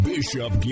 Bishop